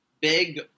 big